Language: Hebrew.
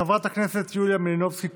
חברת הכנסת יוליה מלינובסקי,